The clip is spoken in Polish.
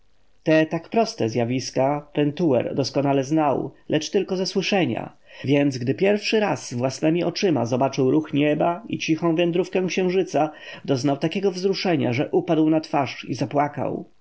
tak proste zjawiska pentuer doskonale znał lecz tylko ze słyszenia więc gdy pierwszy raz własnemi oczyma zobaczył ruch nieba i cichą wędrówkę księżyca doznał takiego wzruszenia że upadł na twarz i zapłakał